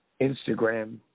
Instagram